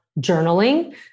journaling